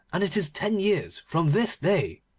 and it is ten years from this day